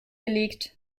gelegt